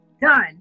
done